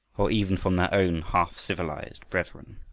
or even from their own half-civilized brethren.